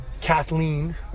Kathleen